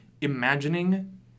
imagining